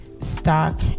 Stock